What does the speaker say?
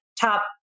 top